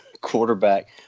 quarterback